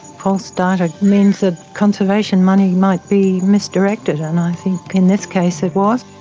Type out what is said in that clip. false data means that conservation money might be misdirected and i think in this case it was.